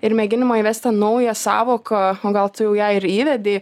ir mėginimą įvesti naują sąvoką o gal tu jau ją ir įvedei